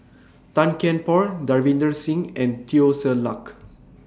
Tan Kian Por Davinder Singh and Teo Ser Luck